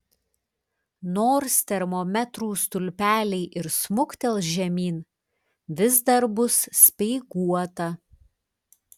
nors termometrų stulpeliai ir smuktels žemyn vis dar bus speiguota